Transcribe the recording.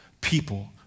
people